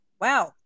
Wow